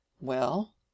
Well